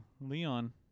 Leon